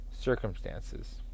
circumstances